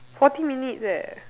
forty minutes eh